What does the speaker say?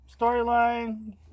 storyline